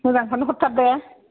मोजांखौनो हरथार दे